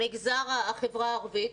המגזר הערבי,